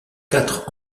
quatre